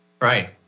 Right